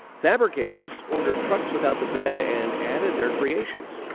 fabricators ordered trucks without the bed and added their creations,